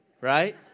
right